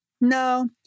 no